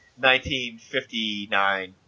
1959